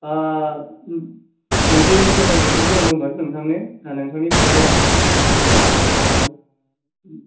मोनसे फोरमाय हरनो गोनां दंमोन नोंथांनो नोंथांनि फिसाज्लाया